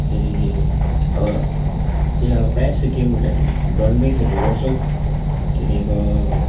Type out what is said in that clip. त्यहाँदेखि अब त्यही अब प्रायः जस्तो गेमहरू हामी ग्राउन्डमै खेल्ने गर्छौँ त्यहाँदेखिन्को